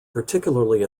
particularly